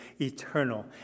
eternal